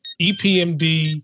EPMD